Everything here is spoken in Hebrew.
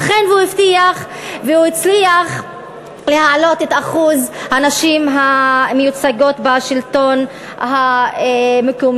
אכן הוא הבטיח והוא הצליח להעלות את אחוז הנשים המיוצגות בשלטון המקומי.